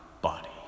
body